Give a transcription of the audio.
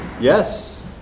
Yes